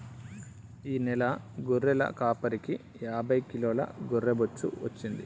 ఈ నెల గొర్రెల కాపరికి యాభై కిలోల గొర్రె బొచ్చు వచ్చింది